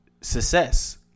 success